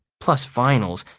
plus finals.